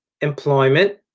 employment